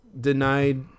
denied